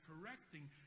correcting